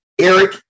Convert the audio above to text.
Eric